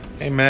Amen